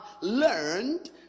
learned